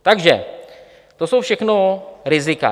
Takže to jsou všechno rizika.